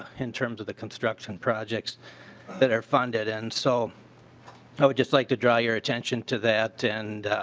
ah in terms of the construction project that are funded. and so i would just like to draw your attention to that and